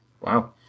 Wow